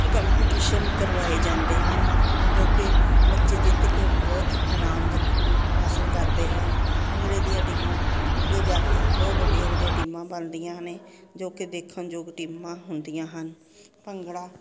competition ਕਰਵਾਏ ਜਾਂਦੇ ਹਨ ਜੋ ਕਿ ਬੱਚੇ ਜਿੱਤ ਕੇ ਬਹੁਤ ਇਨਾਮ ਹਾਸਿਲ ਕਰਦੇ ਹਨ ਭੰਗੜੇ ਦੀਆਂ ਟੀਮਾਂ ਅੱਗੇ ਜਾ ਕੇ ਬਹੁਤ ਵੱਡੀਆਂ ਵੱਡੀਆਂ ਟੀਮਾਂ ਬਣਦੀਆਂ ਨੇ ਜੋ ਕਿ ਦੇਖਣਯੋਗ ਟੀਮਾਂ ਹੁੰਦੀਆਂ ਹਨ ਭੰਗੜਾ